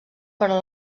però